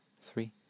three